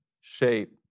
shape